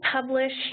published